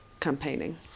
campaigning